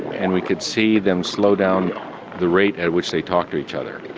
and we could see them slow down the rate at which they talked to each other.